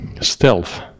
Stealth